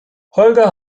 holger